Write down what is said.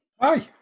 Hi